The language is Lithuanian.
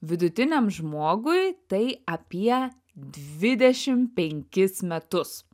vidutiniam žmogui tai apie dvidešim penkis metus